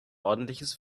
ordentliches